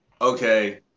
okay